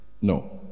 No